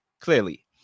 clearly